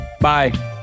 Bye